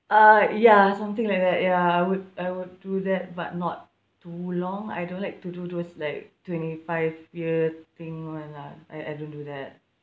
uh ya something like that ya I would I would do that but not too long I don't like to do those like twenty five years thing [one] lah I I don't do that